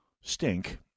stink